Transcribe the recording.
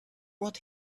what